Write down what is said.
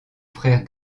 frère